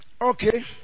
Okay